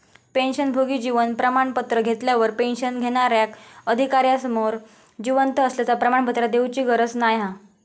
पेंशनभोगी जीवन प्रमाण पत्र घेतल्यार पेंशन घेणार्याक अधिकार्यासमोर जिवंत असल्याचा प्रमाणपत्र देउची गरज नाय हा